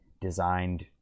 designed